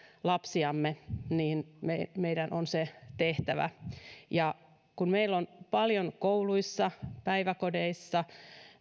lapsiamme niin meidän meidän on se tehtävä kun meillä kouluissa päiväkodeissa